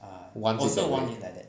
wants it like that